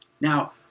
Now